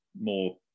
more